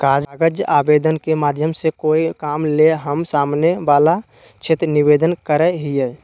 कागज आवेदन के माध्यम से कोय काम ले हम सामने वला से निवेदन करय हियय